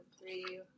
three